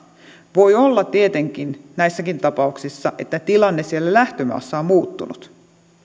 voi olla tietenkin näissäkin tapauksissa että tilanne siellä lähtömaassa on muuttunut